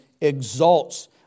exalts